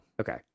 okay